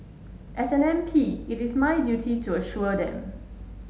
as an M P it is my duty to assure them